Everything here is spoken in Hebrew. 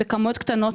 בכמויות קטנות,